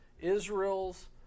israel's